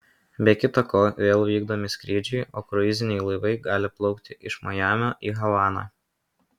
be kita ko vėl vykdomi skrydžiai o kruiziniai laivai gali plaukti iš majamio į havaną